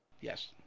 Yes